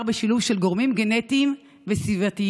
בשילוב של גורמים גנטיים וסביבתיים.